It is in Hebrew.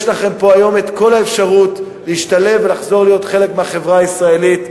יש לכם פה כל האפשרות להשתלב ולחזור ולהיות חלק מהחברה הישראלית.